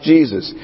Jesus